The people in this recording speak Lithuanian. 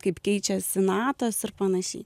kaip keičiasi natos ir panašiai